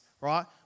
right